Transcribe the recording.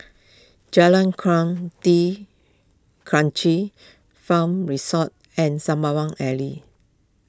Jalan Kuang D'Kranji Farm Resort and Sembawang Alley